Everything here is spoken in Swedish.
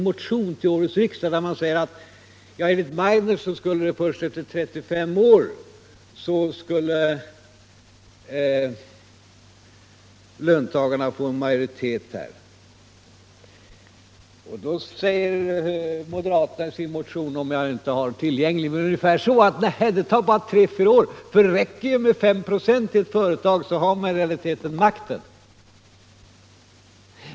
Man säger där att enligt Meidner skulle löntagarna först efter 35 år få majoritet men att det i själva verket bara tar tre fyra år, för det räcker med att man har 5 96 i ett företag så har man i realiteten makten.